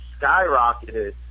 skyrocketed